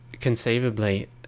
Conceivably